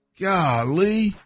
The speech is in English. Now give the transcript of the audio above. Golly